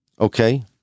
Okay